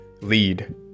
lead